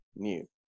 new